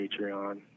Patreon